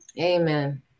Amen